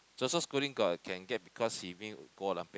Joseph Schooling got can get because he win World Olympic